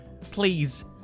please